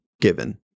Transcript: given